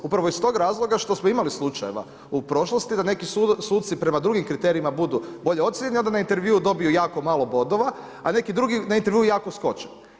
Upravo iz tog razloga, što smo imali slučajeva u prošlosti, da neki suci prema drugim kriterijima budu bolje ocjenjeni, a onda na intervjuu dobiju jako malo bodova, a neki drugi na intervju jako skoče.